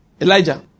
Elijah